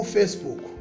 Facebook